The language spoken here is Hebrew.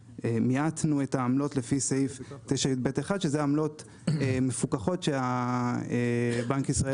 מיעטנו את העמלות לפי 9יב1 שזה עמלות מפוקחות שבנק ישראל